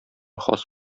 хас